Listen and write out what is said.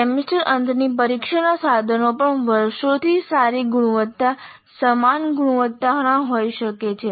semester અંતની પરીક્ષાનાં સાધનો પણ વર્ષોથી સારી ગુણવત્તા સમાન ગુણવત્તાનાં હોઈ શકે છે